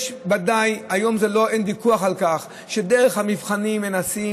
היום אין ויכוח על כך שדרך המבחנים מנסים